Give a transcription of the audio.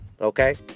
Okay